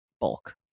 bulk